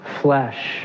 flesh